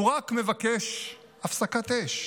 הוא רק מבקש הפסקת אש.